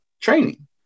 training